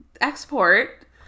export